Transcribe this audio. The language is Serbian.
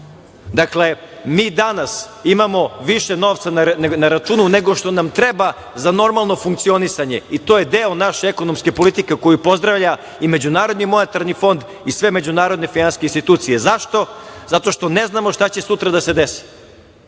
došlo. Dakle, mi danas imamo više novca na računu nego što nam treba za normalno funkcionisanje i to je deo naše ekonomske politike koju pozdravlja i MMF, i sve međunarodne institucije, zašto, zato što ne znamo šta će sutra da se